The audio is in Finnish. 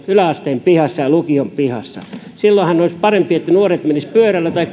yläasteen pihassa ja lukion pihassa silloinhan olisi parempi että nuoret menisivät pyörällä tai